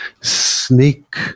sneak